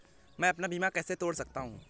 मैं अपना बीमा कैसे तोड़ सकता हूँ?